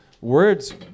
Words